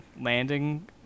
landing